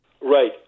Right